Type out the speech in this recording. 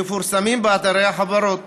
מפורסמים באתרי החברות